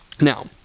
Now